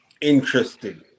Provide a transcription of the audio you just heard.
Interesting